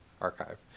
archive